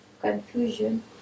confusion